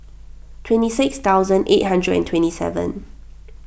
twenty six thousand eight hundred and twenty seven